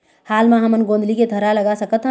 हाल मा हमन गोंदली के थरहा लगा सकतहन?